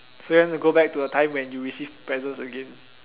so you want to go back to a time when you receive presents again